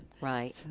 right